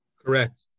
Correct